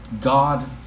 God